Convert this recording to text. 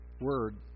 Word